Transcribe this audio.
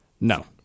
No